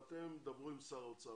ואתם תדברו עם שר האוצר.